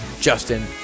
Justin